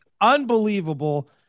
unbelievable